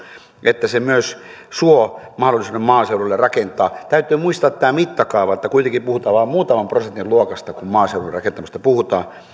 että se myös suo mahdollisuuden maaseudulle rakentaa täytyy muistaa tämä mittakaava että kuitenkin puhutaan vain muutaman prosentin luokasta kun maaseudun rakentamisesta puhutaan